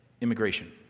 immigration